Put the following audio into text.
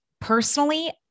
Personally